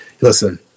Listen